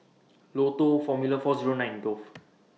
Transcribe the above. Lotto Formula four Zero nine and Dove